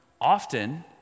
Often